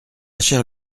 chère